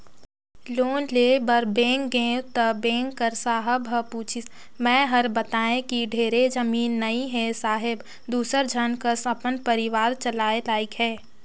loan लेय बर bank गेंव त बेंक कर साहब ह पूछिस मै हर बतायें कि ढेरे जमीन नइ हे साहेब दूसर झन कस अपन परिवार चलाय लाइक हे